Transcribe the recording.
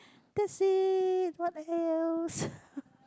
that's it what else